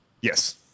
Yes